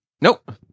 Nope